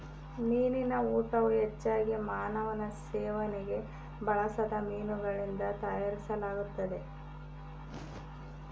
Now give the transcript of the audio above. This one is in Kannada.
ಮೀನಿನ ಊಟವು ಹೆಚ್ಚಾಗಿ ಮಾನವನ ಸೇವನೆಗೆ ಬಳಸದ ಮೀನುಗಳಿಂದ ತಯಾರಿಸಲಾಗುತ್ತದೆ